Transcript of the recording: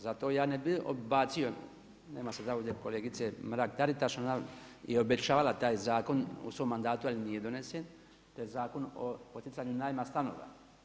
Zato ja ne bih odbacio, nema sada ovdje kolegice Mrak-Taritaš, ona je obećavala u taj zakon u svom mandatu ali nije donesen to je Zakon o poticanju najma stanova.